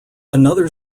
another